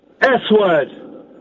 S-word